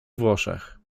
włoszech